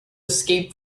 escape